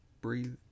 breathe